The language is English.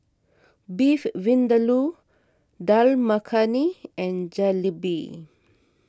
Beef Vindaloo Dal Makhani and Jalebi